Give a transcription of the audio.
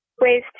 ways